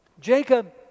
Jacob